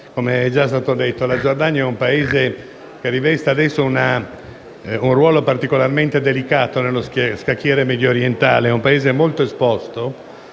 com'è già stato detto, la Giordania è un Paese che riveste oggi un ruolo particolarmente delicato nello scacchiere mediorientale perché è molto esposto